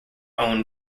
own